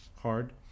hard